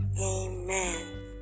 Amen